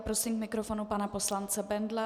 Prosím k mikrofonu pana poslance Bendla.